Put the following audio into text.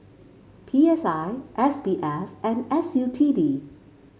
P S I S B F and S U T D